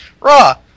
Raw